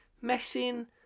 Messing